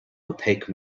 opaque